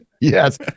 yes